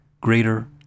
greater